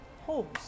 homes